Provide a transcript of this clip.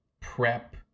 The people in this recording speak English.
prep